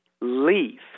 leave